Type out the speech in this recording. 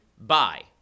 bye